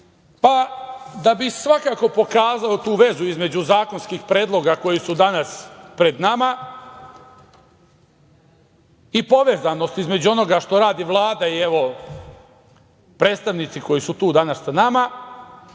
Pa, da bih svakako pokazao tu vezu između zakonskih predloga koji su danas pred nama i povezanost između onoga što radi Vlada i, evo, predstavnici koji su tu danas sa nama,